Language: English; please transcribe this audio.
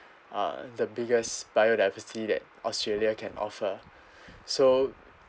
uh the biggest biodiversity that australia can offer so